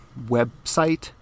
website